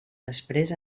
després